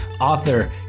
author